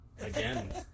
again